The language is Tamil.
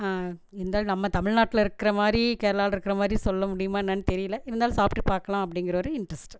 இருந்தாலும் நம்ம தமிழ்நாட்டில் இருக்கிற மாதிரி கேரளாவில் இருக்கிற மாதிரி சொல்லமுடியுமா என்னென்னு தெரியல இருந்தாலும் சாப்பிட்டு பார்க்கலாம் அப்படிங்குற ஒரு இண்ட்ரெஸ்ட்டு